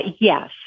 Yes